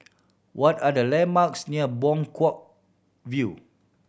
what are the landmarks near Buangkok View